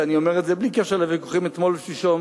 ואני אומר את זה בלי קשר לוויכוחים אתמול ושלשום.